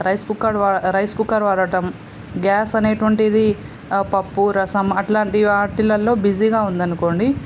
rice cooker వా rice cooker వాడటం gas అనేటువంటిది పప్పు రసం అట్లాంటి వాటిలల్లో బిజీగా ఉంది అనుకోండి